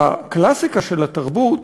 בקלאסיקה של התרבות